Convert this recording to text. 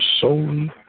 solely